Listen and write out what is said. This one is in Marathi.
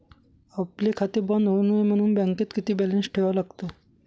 आपले खाते बंद होऊ नये म्हणून बँकेत किती बॅलन्स ठेवावा लागतो?